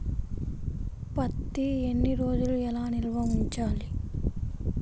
పత్తి ఎన్ని రోజులు ఎలా నిల్వ ఉంచాలి?